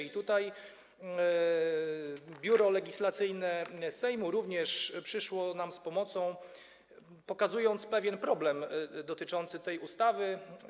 Biuro Legislacyjne Sejmu również przyszło nam z pomocą, pokazując pewien problem dotyczący tej ustawy.